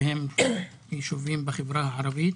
והם יישובים בחברה הערבית.